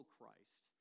Christ